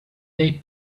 they